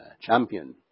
champion